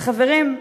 אז, חברים,